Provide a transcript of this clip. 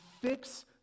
fix